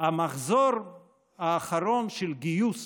המחזור האחרון של גיוס